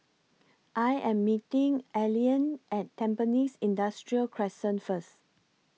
I Am meeting Allean At Tampines Industrial Crescent First